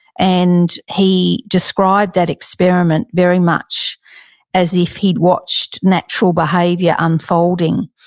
and he described that experiment very much as if he'd watched natural behavior unfolding.